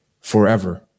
forever